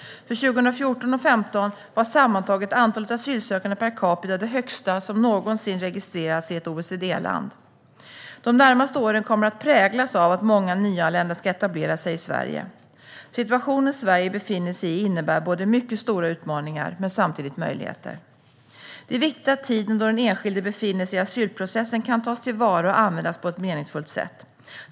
För 2014 och 2015 var det sammantagna antalet asylsökande per capita det högsta som någonsin registrerats i ett OECD-land. De närmaste åren kommer att präglas av att många nyanlända ska etablera sig i Sverige. Situationen som Sverige befinner sig i innebär mycket stora utmaningar men samtidigt möjligheter. Det är viktigt att tiden då den enskilde befinner sig i asylprocessen kan tas till vara och användas på ett meningsfullt sätt.